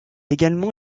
également